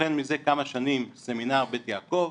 שוכן מזה כמה שנים סמינר בית יעקב,